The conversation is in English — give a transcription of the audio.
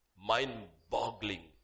mind-boggling